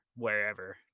wherever